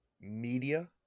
media